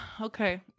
Okay